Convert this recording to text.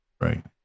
right